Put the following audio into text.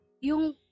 yung